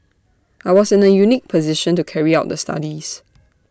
I was in A unique position to carry out the studies